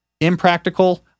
Impractical